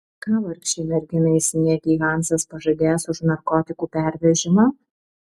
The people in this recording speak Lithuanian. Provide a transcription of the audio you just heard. ką vargšei merginai sniegei hansas pažadės už narkotikų pervežimą